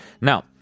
Now